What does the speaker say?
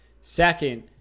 second